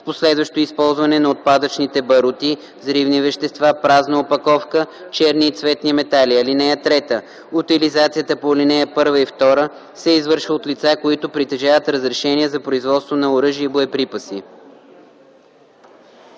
с последващо използване на отпадъчните барути, взривни вещества, празна опаковка, черни и цветни метали. (3) Утилизацията по ал. 1 и 2 се извършва от лица, които притежават разрешение за производство на оръжия и боеприпаси.”